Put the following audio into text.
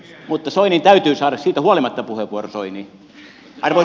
mutta soinin täytyy saada siitä huolimatta puheenvuoro